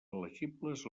elegibles